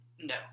No